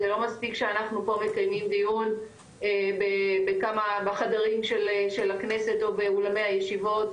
זה לא מספיק שאנחנו פה מקיימים דיון בחדרים של הכנסת או באולמי הישיבות,